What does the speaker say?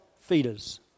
feeders